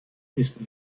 ist